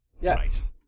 Yes